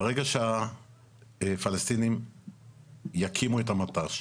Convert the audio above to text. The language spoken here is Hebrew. ברגע הפלסטינים יקימו את המט"ש,